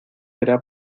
verá